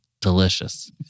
delicious